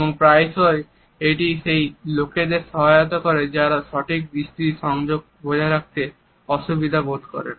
এবং প্রায়শই এটি সেই লোকদের সহায়তা করে যারা সঠিক দৃষ্টি সংযোগ বজায় রাখতে অসুবিধা বোধ করেন